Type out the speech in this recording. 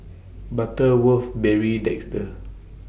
Butterworth Barry Desker